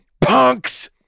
punks